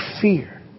fear